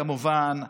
כמובן,